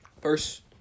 First